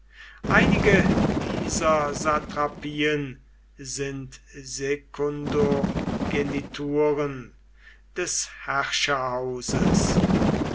einige dieser satrapien sind sekundogenituren des